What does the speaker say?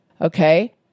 okay